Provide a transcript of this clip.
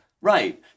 Right